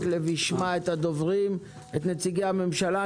מקלב ישמע את הדוברים, את נציגי הממשלה.